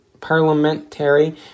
parliamentary